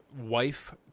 wife